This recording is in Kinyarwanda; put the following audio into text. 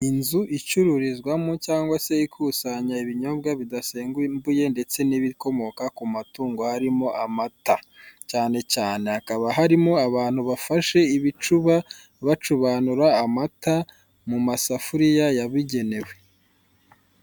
Inzu icururizwamo cyangwa se ikusanya ibinyobwa bidasembuye ndetse n'ibikomoka ku matungo harimo amata cyane cyane hakaba harimo abantu bafashe ibicuba bacubanura mata mu masafuriya yabugenewe.